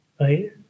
right